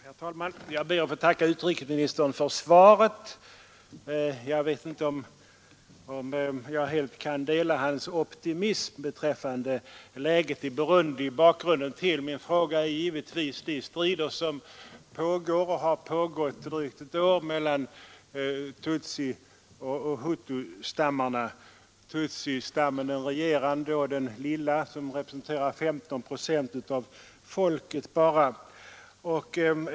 Herr talman! Jag ber att få tacka utrikesministern för svaret på min enkla fråga. Jag vet inte om jag helt kan dela hans optimism beträffande läget i Burundi. Bakgrunden till min fråga är givetvis de strider som pågår och har pågått drygt ett år mellan tutsioch hutustammarna. Av dessa är den regerande tutsistammen den mindre och representerar bara 15 procent av folket.